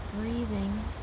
breathing